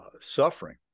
suffering